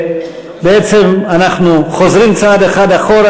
בעצם אנחנו חוזרים צעד אחד אחורה,